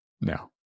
No